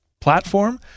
platform